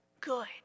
good